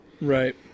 Right